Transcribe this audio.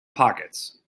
pockets